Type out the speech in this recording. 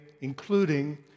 including